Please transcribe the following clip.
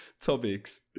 topics